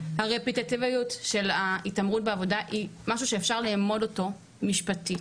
הרפטטיביות של ההתעמרות בעבודה היא משהו שאפשר לאמוד אותו משפטית,